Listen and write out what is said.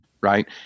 right